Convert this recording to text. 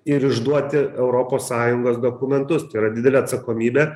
ir išduoti europos sąjungos dokumentus tai yra didelė atsakomybė